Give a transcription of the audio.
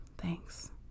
thanks